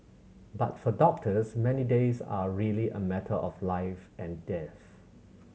but for doctors many days are really a matter of life and death